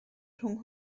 rhwng